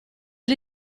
gli